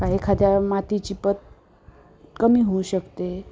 का एखाद्या मातीची पत कमी होऊ शकते